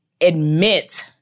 admit